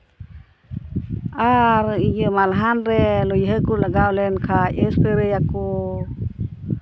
ᱟᱨ ᱤᱭᱟᱹ ᱢᱟᱞᱦᱟᱱ ᱨᱮ ᱞᱟᱹᱭᱦᱟᱹ ᱠᱚ ᱞᱟᱜᱟᱣ ᱞᱮᱱ ᱠᱷᱟᱱ ᱥᱯᱨᱮᱭᱟᱠᱚ